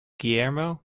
guillermo